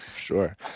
Sure